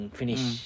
finish